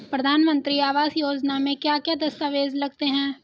प्रधानमंत्री आवास योजना में क्या क्या दस्तावेज लगते हैं?